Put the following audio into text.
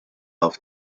auf